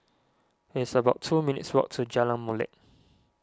it's about two minutes' walk to Jalan Molek